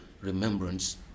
remembrance